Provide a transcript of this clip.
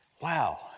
wow